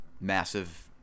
massive